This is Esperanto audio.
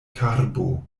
karbo